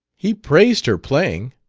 he praised her playing.